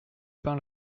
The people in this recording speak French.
pin